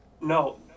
No